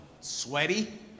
sweaty